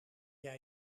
jij